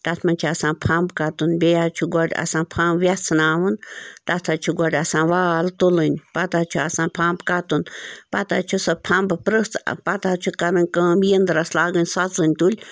تَتھ منٛز چھِ آسان فمب کَتُن بیٚیہِ حظ چھُ گۄڈٕ آسان فمب ویٚژھناوُن تَتھ حظ چھِ گۄڈٕ آسان وال تُلنۍ پتہٕ حظ چھُ آسان فمب کَتُن پتہٕ حظ چھِ سۄ فمبہٕ پرژھ پتہٕ حظ چھِ کَرٕنۍ کٲم ینٛدٕرس لاگٕنۍ سۄژٕلۍ تُلۍ